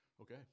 okay